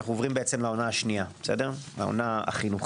עוברים לאונה השנייה, החינוכית.